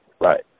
Right